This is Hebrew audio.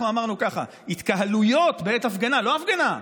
אנחנו אמרנו ככה: התקהלויות בעת הפגנה, לא הפגנה,